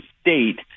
State